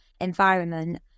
environment